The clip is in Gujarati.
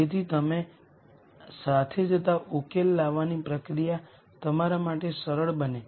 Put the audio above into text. જેથી તમે સાથે જતા ઉકેલ લાવવાની પ્રક્રિયા તમારા માટે સરળ બને